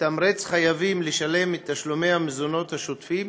מתמרץ חייבים לשלם את תשלומי המזונות השוטפים,